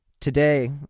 Today